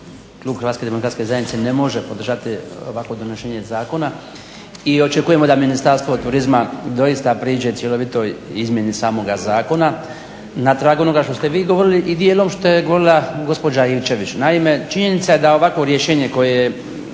klub HDZ-a ne može podržati ovakvo donošenje zakona i očekujemo da Ministarstvo turizma doista priđe cjelovitoj izmjeni samoga zakona. Na tragu onoga što ste vi govorili i djelom što je govorila gospođa Ivčević. Naime, činjenica je da ovakvo rješenje koje se